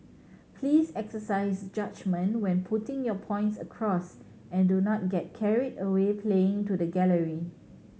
please exercise judgement when putting your points across and do not get carried away playing to the gallery